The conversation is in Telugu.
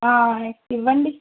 ఇవ్వండి